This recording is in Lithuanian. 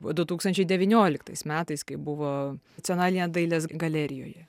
du tūkstančiai devynioliktas metais kai buvo nacionalinėje dailės galerijoje